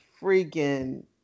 freaking